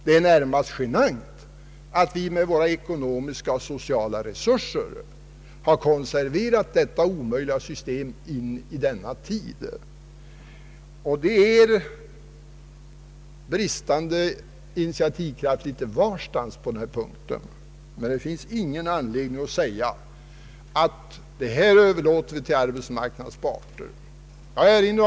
Det är närmast genant att vi med våra ekonomiska och sociala resurser har konserverat detta omöjliga system. Det är bristande initiativkraft litet här och var på den punkten. Det finns emellertid ingen anledning att, som herr Wallmark gjorde, säga att vi bör överlåta till arbetsmarknadens parter att lösa denna fråga.